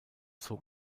zog